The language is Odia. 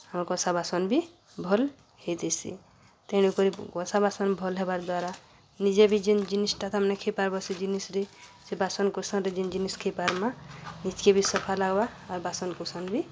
ଆମ କଂସା ବାସନ୍ ବି ଭଲ୍ ହେଇଥିସି ତେଣୁକରି କଂସା ବାସନ୍ ଭଲ୍ ହେବାର୍ ଦ୍ୱାରା ନିଜେ ବି ଯେନ୍ ଜିନିଷ୍ଟା ତାମାନେ ନାଇ ଖାଇପାର୍ବା ସେ ଜିନିଷ୍ରେ ସେ ବାସନ୍କକୁସନ୍ରେ ଯେନ୍ ଜିନିଷ୍ ଖାଇପାର୍ମା ନିଜ୍କେ ବି ସଫା ଲାଗ୍ବା ଆର୍ ବାସନ୍କୁସନ୍ ବି